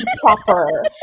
proper